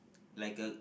like a